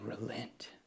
relent